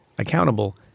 accountable